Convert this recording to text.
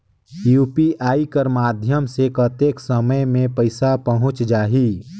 UPI कर माध्यम से कतेक समय मे पइसा पहुंच जाहि?